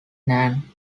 nan